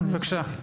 בבקשה.